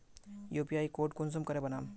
UPI code कुंसम करे बनाम?